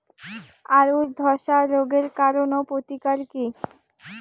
আলুর ধসা রোগের কারণ ও প্রতিকার কি?